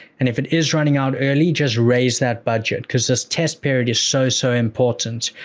and if it is running out early, just raise that budget, cause this test period is so, so important.